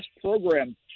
program